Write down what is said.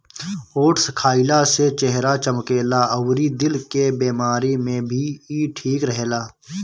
oats खाइला से चेहरा चमकेला अउरी दिल के बेमारी में भी इ ठीक रहेला